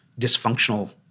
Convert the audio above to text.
dysfunctional